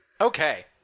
Okay